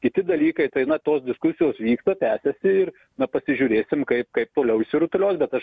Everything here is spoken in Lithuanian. kiti dalykai tai na tos diskusijos vyksta tęsiasi ir na pasižiūrėsim kaip kaip toliau išsirutulios bet aš